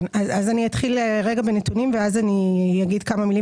אני אתחיל בנתונים ואחר כך אגיד כמה מילים